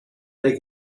they